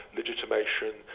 legitimation